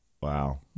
Wow